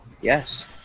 Yes